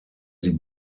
sie